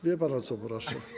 Wie pan, o co proszę?